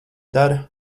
dara